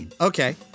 Okay